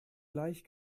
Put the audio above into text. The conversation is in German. gleich